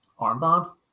armband